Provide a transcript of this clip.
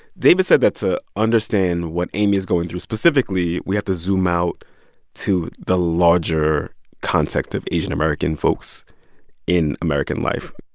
david said that to understand what amy is going through specifically, we have to zoom out to the larger context of asian american folks in american life.